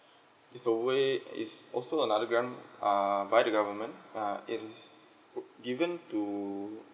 is a way is also another grant err by the government uh it is given to